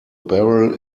barrel